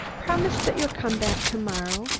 promise that you'll come back to-morrow,